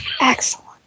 Excellent